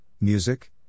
music